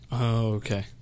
okay